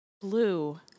Blue